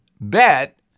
bet